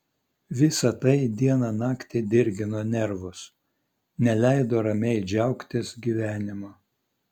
visa tai dieną naktį dirgino nervus neleido ramiai džiaugtis gyvenimu